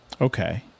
Okay